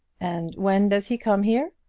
and when does he come here?